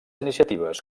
iniciatives